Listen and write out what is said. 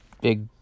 big